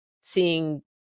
seeing